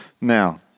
now